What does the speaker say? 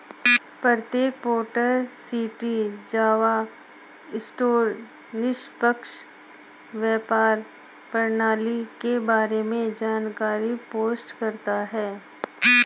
प्रत्येक port city Java store निष्पक्ष व्यापार प्रणाली के बारे में जानकारी पोस्ट करता है